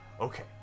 okay